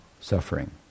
suffering